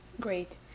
great